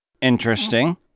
Interesting